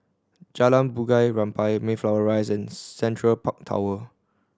Jalan Bunga Rampai Mayflower Rise and Central Park Tower